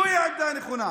זוהי העמדה הנכונה,